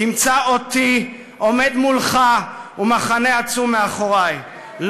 תמצא אותי עומד מולך ומחנה עצום מאחורי.